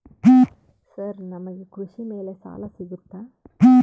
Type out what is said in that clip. Sir ನಮಗೆ ಕೃಷಿ ಮೇಲೆ ಸಾಲ ಸಿಗುತ್ತಾ?